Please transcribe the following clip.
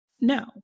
no